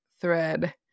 thread